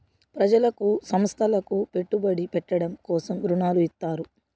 ప్రజలకు సంస్థలకు పెట్టుబడి పెట్టడం కోసం రుణాలు ఇత్తారు